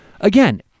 again